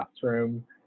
classroom